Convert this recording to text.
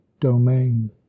domain